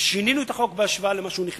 ושינינו את החוק בהשוואה למה שהיה כשנכנס.